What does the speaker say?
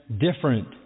different